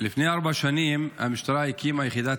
לפני ארבע שנים המשטרה הקימה את יחידת